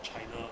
china